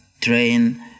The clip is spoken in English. train